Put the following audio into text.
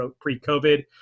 pre-COVID